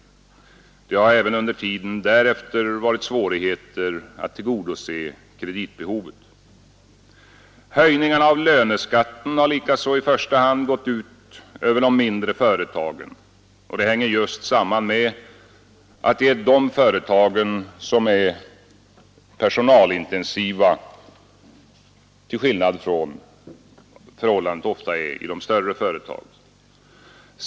Det har även under tiden därefter varit svårigheter att tillgodose kreditbehovet. Höjningarna av löneskatten har likaså i första hand gått ut över de mindre företagen. Det hänger just samman med att de företagen är personalintensiva till skillnad från vad förhållandet ofta är i de större.